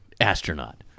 Astronaut